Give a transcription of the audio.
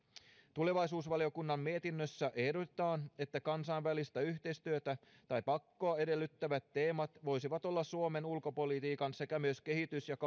tulevaisuusvaliokunnan mietinnössä ehdotetaan että kansainvälistä yhteistyötä tai pakkoa edellyttävät teemat voisivat olla suomen ulkopolitiikan sekä myös kehitys ja